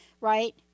right